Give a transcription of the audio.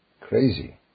Crazy